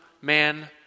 man